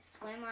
Swim